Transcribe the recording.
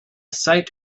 sight